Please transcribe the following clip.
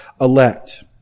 elect